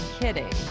kidding